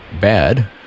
bad